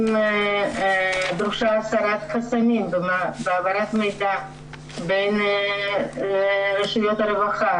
דרושה הסרת חסמים בהעברת מידע בין רשויות הרווחה,